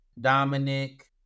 Dominic